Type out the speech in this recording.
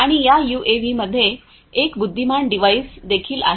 आणि या यूएव्हीमध्ये एक बुद्धिमान डिव्हाइस देखील आहे